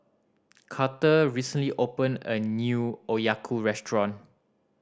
Carter recently opened a new Okayu Restaurant